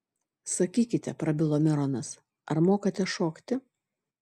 sakykite prabilo mironas ar mokate šokti